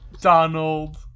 Donald